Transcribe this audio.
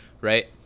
right